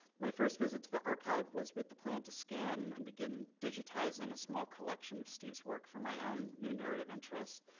my first visit to the archive was with the plan to scan and begin digitizing a small collection of steve's work from my own new narrative interests,